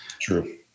True